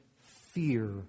fear